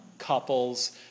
couples